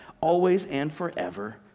always-and-forever